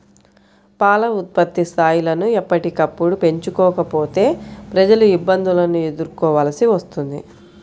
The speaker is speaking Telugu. పాల ఉత్పత్తి స్థాయిలను ఎప్పటికప్పుడు పెంచుకోకపోతే ప్రజలు ఇబ్బందులను ఎదుర్కోవలసి వస్తుంది